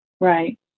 Right